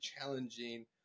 challenging